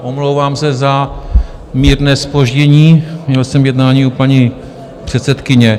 Omlouvám se za mírné zpoždění, měl jsem jednání u paní předsedkyně.